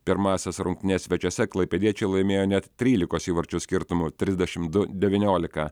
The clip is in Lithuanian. pirmąsias rungtynes svečiuose klaipėdiečiai laimėjo net trylikos įvarčių skirtumu trisdešimt du devyniolika